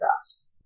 fast